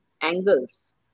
angles